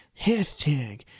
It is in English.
hashtag